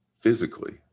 physically